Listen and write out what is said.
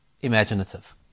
imaginative